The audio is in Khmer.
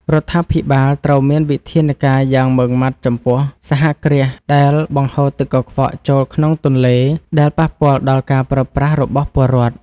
រដ្ឋាភិបាលត្រូវមានវិធានការយ៉ាងម៉ឺងម៉ាត់ចំពោះសហគ្រាសដែលបង្ហូរទឹកកខ្វក់ចូលក្នុងទន្លេដែលប៉ះពាល់ដល់ការប្រើប្រាស់របស់ពលរដ្ឋ។